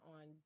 on